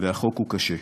והחוק הוא קשה.